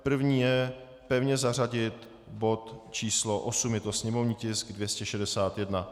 První je pevně zařadit bod číslo 8, je to sněmovní tisk 261.